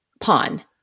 pawn